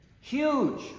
huge